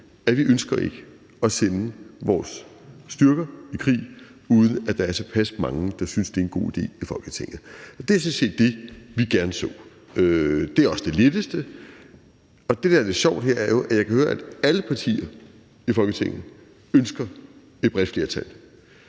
at vi ikke ønsker at sende vores styrker i krig, uden at der er tilpas mange i Folketinget, der synes, at det er en god idé. Det er sådan set det, vi gerne så. Det er også det letteste. Og det, der er lidt sjovt her, er jo, at jeg kan høre, at alle partier i Folketinget ønsker et bredt flertal.